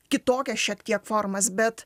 kitokias šiek tiek formas bet